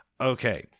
Okay